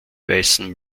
weißen